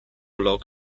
loc